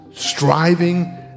striving